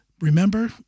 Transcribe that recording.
Remember